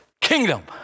kingdom